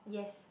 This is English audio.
yes